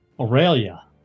Aurelia